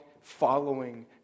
following